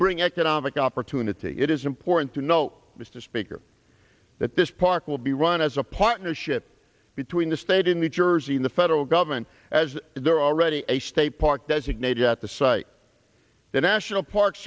bring economic opportunity it is important to know mr speaker that this park will be run as a partnership between the state in the jersey in the federal government as there are already a state park designated at the site the national park